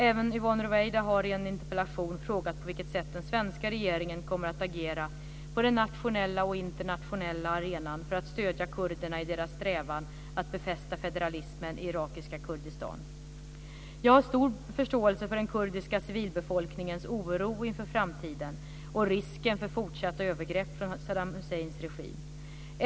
Även Yvonne Ruwaida har i en interpellation frågat på vilket sätt den svenska regeringen kommer att agera på den nationella och internationella arenan för att stödja kurderna i deras strävan att befästa federalismen i irakiska Kurdistan. Jag har stor förståelse för den kurdiska civilbefolkningens oro inför framtiden och risken för fortsatta övergrepp från Saddam Husseins regim.